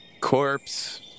corpse